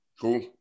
Cool